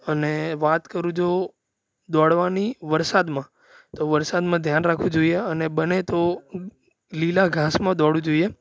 અને વાત કરું જો દોડવાની વરસાદમાં તો વરસાદમાં ધ્યાન રાખવું જોઈએ અને બને તો લીલા ઘાસમાં દોડવું જોઈએ